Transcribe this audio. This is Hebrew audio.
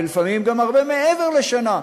ולפעמים גם הרבה מעבר לשנה.